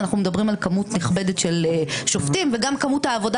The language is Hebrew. אנחנו מדברים על מספר נכבד של שופטים וגם כמות העבודה